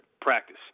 practice